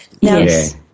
Yes